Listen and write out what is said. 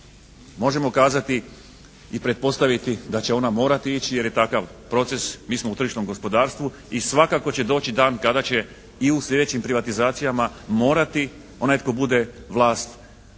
možemo kazati i pretpostaviti da će ona morati ići jer je takav proces, mi smo u tržišnom gospodarstvu i svakako će doći dan kada će i u sljedećim privatizacijama morati onaj tko bude vlast